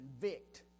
convict